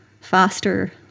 faster